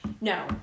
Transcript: No